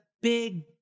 big